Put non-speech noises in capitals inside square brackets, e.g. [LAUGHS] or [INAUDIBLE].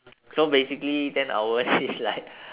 [NOISE] so basically ten hours [LAUGHS] is like [BREATH]